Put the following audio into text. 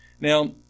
Now